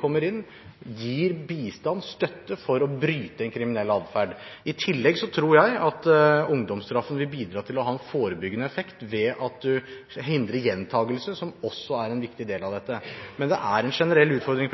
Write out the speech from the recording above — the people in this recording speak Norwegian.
kommer inn og gir bistand for å bryte en kriminell atferd. I tillegg tror jeg at ungdomsstraffen vil ha en forebyggende effekt ved at man hindrer gjentakelse, som også er en viktig del av dette. Det er en generell utfordring